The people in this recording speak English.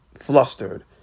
flustered